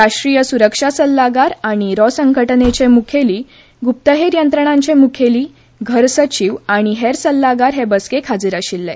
राष्ट्रीय सूरक्षा सल्लागार आनी रॉ संघटणेचे मुखेली गुप्तहेर यंत्रणांचे मुखेली घर सचीव आनी हेर सल्लागार हे बसकेक हाजीर आशिल्ले